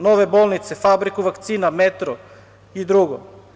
Nove bolnice, fabriku vakcina, „Metro“ i drugo.